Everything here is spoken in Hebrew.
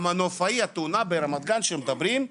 התאונה ברמת גן, שמדברים עליה: